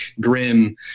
grim